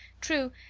true,